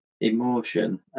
emotion